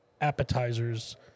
Appetizers